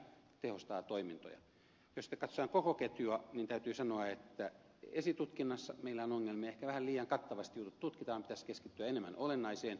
jos sitten katsotaan koko ketjua niin täytyy sanoa että esitutkinnassa meillä on ongelmia ehkä vähän liian kattavasti jutut tutkitaan pitäisi keskittyä enemmän olennaiseen